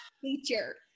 teacher